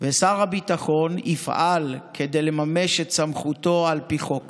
ושר הביטחון יפעל כדי לממש את סמכותו על פי חוק